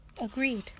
agreed